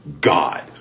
God